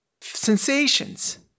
sensations